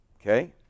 Okay